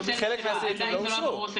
חלק מהסעיפים לא אושרו.